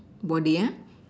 body ah